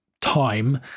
time